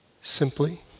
Simply